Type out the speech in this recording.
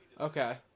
Okay